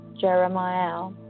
Jeremiah